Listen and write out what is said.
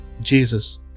Jesus